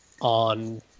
on